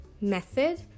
Method